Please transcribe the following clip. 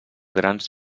grans